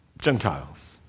Gentiles